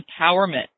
empowerment